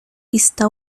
está